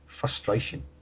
frustration